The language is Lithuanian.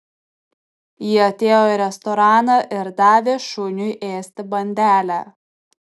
ji atėjo į restoraną ir davė šuniui ėsti bandelę